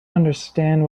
understand